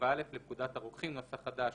47א לפקודת הרוקחים (נוסח חדש),